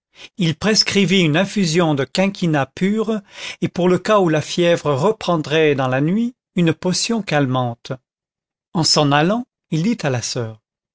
il prescrivit une infusion de quinquina pur et pour le cas où la fièvre reprendrait dans la nuit une potion calmante en s'en allant il dit à la soeur